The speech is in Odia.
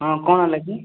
ହଁ କ'ଣ ହେଲା କି